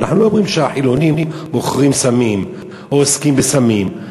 אנחנו לא אומרים שהחילונים מוכרים סמים או עוסקים בסמים.